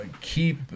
keep